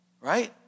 Right